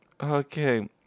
okay